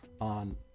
on